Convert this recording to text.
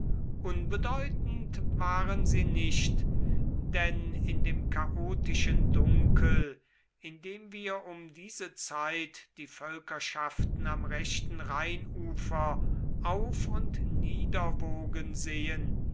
unbedeutend waren sie nicht denn in dem chaotischen dunkel in dem wir um diese zeit die völkerschaften am rechten rheinufer auf und niederwogen sehen